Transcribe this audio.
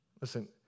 Listen